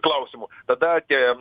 klausimų tada tie